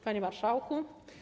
Panie Marszałku!